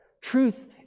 Truth